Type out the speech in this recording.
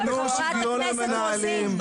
תיתנו --- למנהלים.